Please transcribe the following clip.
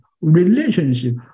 relationship